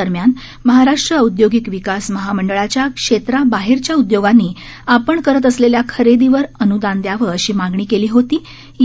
दरम्यान महाराष्ट्र औदयोगिक विकास महामंडळाच्या क्षेत्राबाहेरच्या उदयोगांनी आपण करत असलेल्या खरेदीवर अन्दान द्यावं अशी मागणी केली होती